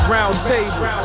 Roundtable